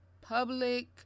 public